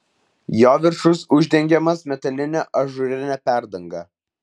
jo viršus uždengiamas metaline ažūrine perdanga